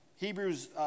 Hebrews